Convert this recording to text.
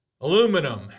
aluminum